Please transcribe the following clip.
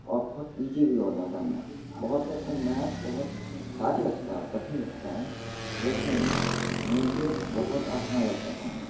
और बहुत इजी भी होता था मैथ बहुत लोग को मैथ बहुत हार्ड लगता कठिन लगता है लेकिन मुझे बहुत आसान लगता था मैथ